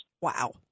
Wow